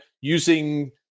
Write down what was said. Using